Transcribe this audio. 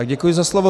Děkuji za slovo.